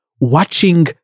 watching